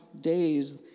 days